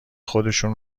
خودشون